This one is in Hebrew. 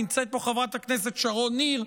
נמצאת פה חברת הכנסת שרון ניר,